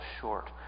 short